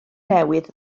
newydd